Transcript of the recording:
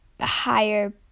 higher